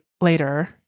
later